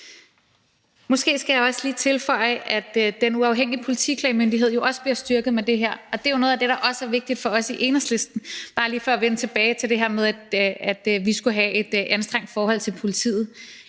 Måske skal jeg også lige tilføje, at Den Uafhængige Politiklagemyndighed jo også bliver styrket med det her, og det er også noget af det, der er vigtigt for os i Enhedslisten. Det er bare lige for at vende tilbage til det her med, at vi skulle have et anstrengt forhold til politiet.